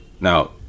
Now